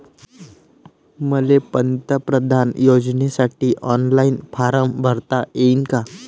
मले पंतप्रधान योजनेसाठी ऑनलाईन फारम भरता येईन का?